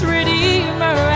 Redeemer